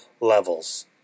levels